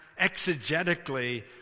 exegetically